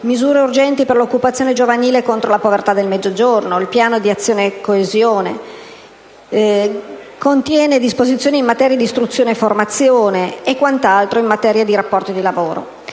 misure urgenti per l'occupazione giovanile e contro la povertà nel Mezzogiorno, il Piano di azione coesione, disposizioni in materia di istruzione e formazione e quant'altro in materia di rapporti di lavoro.